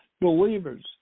believers